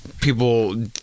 people